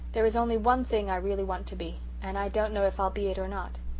there is only one thing i really want to be and i don't know if i'll be it or not.